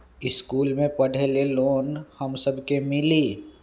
इश्कुल मे पढे ले लोन हम सब के मिली?